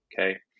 okay